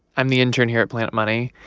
i'm the intern here at planet money.